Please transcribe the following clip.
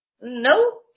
No